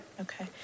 Okay